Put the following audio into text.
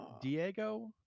Diego